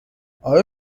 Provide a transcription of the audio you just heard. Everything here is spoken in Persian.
آیا